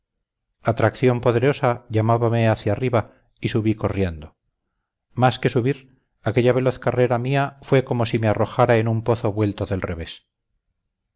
atracción poderosa llamábame hacia arriba y subí corriendo más que subir aquella veloz carrera mía fue como si me arrojara en un pozo vuelto del revés